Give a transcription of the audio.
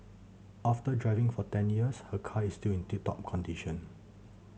after driving for ten years her car is still in tip top condition